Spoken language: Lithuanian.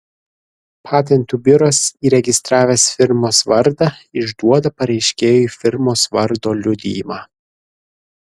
patentų biuras įregistravęs firmos vardą išduoda pareiškėjui firmos vardo liudijimą